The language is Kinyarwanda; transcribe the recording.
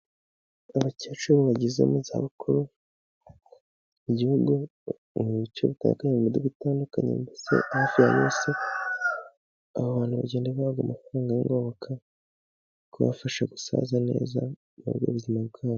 Abakecuru bageze mu zabukuru mu Gihugu mu bice bitandukanye, mu mijyi itandukanye mbese hafi ya bose abo bantu bagenda bahabwa amafaranga y'ingoboka, kubafasha gusaza neza muri ubwo buzima bwabo.